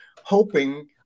hoping